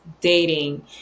dating